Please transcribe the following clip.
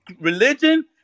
religion